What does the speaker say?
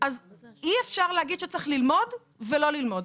אי אפשר להגיד שהוא צריך ללמוד, ולא ללמוד.